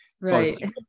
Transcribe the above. right